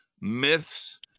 Myths